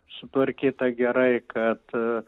sutvarkyta gerai kad